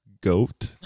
goat